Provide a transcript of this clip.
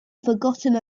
forgotten